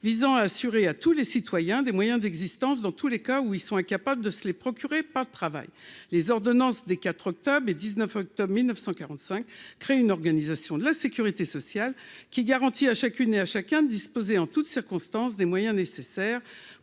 visant à assurer à tous les citoyens des moyens d'existence dans tous les cas où ils sont incapables de se les procurer, pas de travail, les ordonnances des 4 octobre et 19 octobre 1945 créer une organisation de la sécurité sociale qui garantit à chacune et à chacun disposer en toutes circonstances, des moyens nécessaires